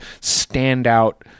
standout